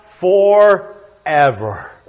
Forever